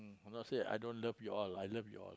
I'm not say I don't love you all I love you all